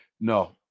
No